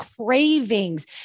cravings